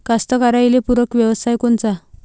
कास्तकाराइले पूरक व्यवसाय कोनचा?